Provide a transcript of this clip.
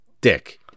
dick